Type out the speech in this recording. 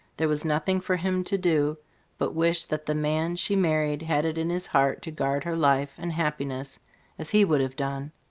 there was nothing for him to do but wish that the man she married had it in his heart to guard her life and happiness as he would have done.